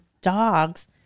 dogs